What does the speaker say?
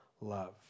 love